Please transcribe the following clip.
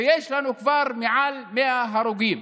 יש לנו כבר מעל 100 הרוגים,